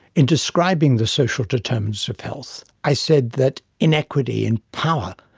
in describing the social determinants of health, i said that inequity in power,